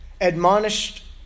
admonished